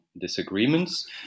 disagreements